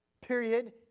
Period